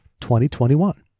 2021